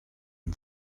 and